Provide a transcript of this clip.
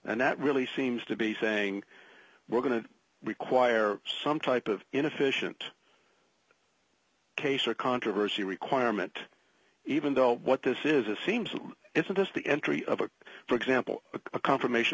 and that really seems to be saying we're going to require some type of inefficient case or controversy requirement even though what this is a seems if it is the entry of a for example a confirmation